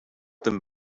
them